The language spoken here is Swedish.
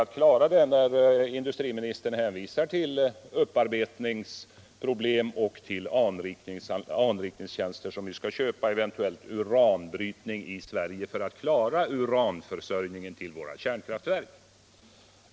Industriministern har i dag hänvisat till upparbetningsproblem, anrikningstjänster, som vi eventuellt skall köpa, och en eventuell uranbrytning i Sverige för att vi skall klara uranförsörjningen till våra kärnkraftverk.